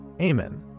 Amen